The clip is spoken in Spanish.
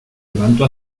levantó